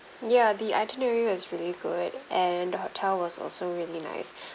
ya the itinerary was really good and hotel was also really nice